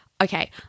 okay